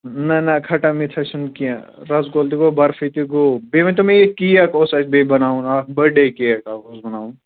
نہ نہ کھٹا میٹھا چھُنہٕ کیٚنٛہہ رس گول تہِ گوٚو برفی تہِ گوٚو بیٚیہِ ؤنۍتو مےٚ یہِ کیک اوس اَسہِ بیٚیہِ بَناوُن اَکھ بٔرٕڈے کیک اَکھ اوس بَناوُن